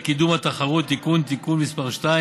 אתם כולכם יכולים באמת להיות חוד החנית במאבק הזה.